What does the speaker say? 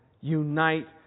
Unite